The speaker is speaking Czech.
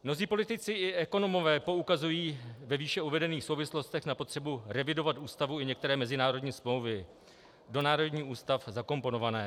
Mnozí politici i ekonomové poukazují ve výše uvedených souvislostech na potřebu revidovat ústavu i některé mezinárodní smlouvy do národních ústav zakomponované.